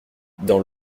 dans